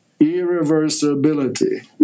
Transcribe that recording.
irreversibility